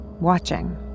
watching